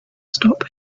stop